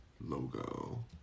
logo